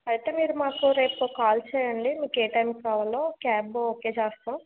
అయితే మీరు మాకు రేపు కాల్ చేయండి మీకు ఏ టైమ్ కి కావాలో క్యాబ్ ఓకే చేస్తాం